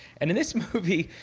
and in this movie,